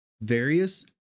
various